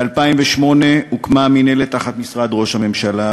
ב-2008 הוקמה המנהלת תחת משרד ראש הממשלה,